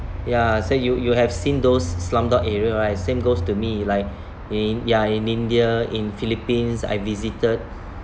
ya so you you have seen those slumdog area right same goes to me like in ya in india in philippines I visited